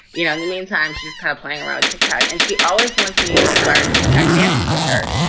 you know in the meantime, she's kind of playing around tic-tac and she always wants me to learn tic tac dances with her.